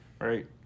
right